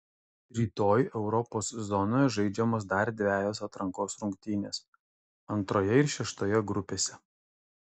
rytoj europos zonoje žaidžiamos dar dvejos atrankos rungtynės antroje ir šeštoje grupėse